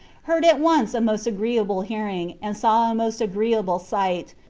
heard at once a most agreeable hearing, and saw a most agreeable sight,